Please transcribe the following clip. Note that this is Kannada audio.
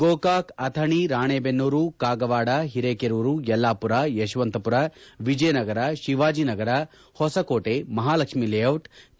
ಗೋಕಾಕ ಅಥಣಿ ರಾಣೆಬೆನ್ನೂರು ಕಾಗವಾಡ ಹಿರೆಕೇರೂರು ಯಲ್ಲಾಪುರ ಯಶವಂತಪುರ ವಿಜಯನಗರ ಶಿವಾಜಿನಗರ ಹೊಸಕೋಟೆ ಮಹಾಲಕ್ಷ್ಮೀಲೇದಿಟ್ ಕೆ